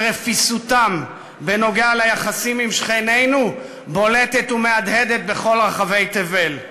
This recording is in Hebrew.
שרפיסותם בנוגע ליחסים עם שכנינו בולטת ומהדהדת בכל רחבי תבל.